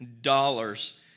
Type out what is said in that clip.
dollars